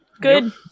Good